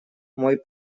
мой